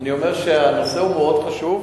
אומר שהנושא הוא מאוד חשוב,